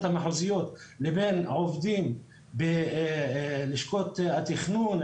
המחוזיות לבין עובדים בלשכות התכנון,